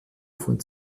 von